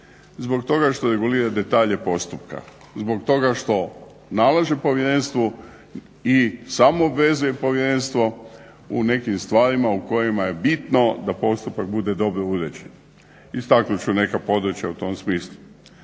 zbog toga što regulira detalje postupka, zbog toga što nalaže Povjerenstvu i samo obvezuje Povjerenstvo u nekim stvarima u kojima je bitno da postupak bude dobro uređen. Istaknut ću neka područja u tom smislu.